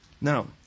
Now